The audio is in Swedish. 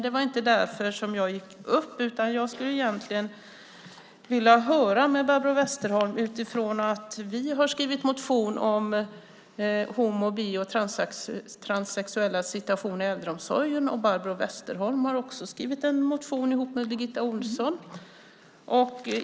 Det var dock därför inte jag gick upp nu, utan jag skulle vilja höra med Barbro Westerholm utifrån att vi har skrivit en motion om homo-, bi och transsexuellas situation i äldreomsorgen. Barbro Westerholm har också skrivit en motion, ihop med Birgitta Ohlsson.